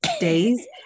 days